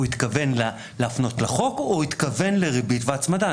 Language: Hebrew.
הוא התכוון להפנות לחוק או הוא התכוון לריבית והצמדה?